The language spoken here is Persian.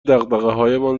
دغدغههایمان